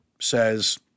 says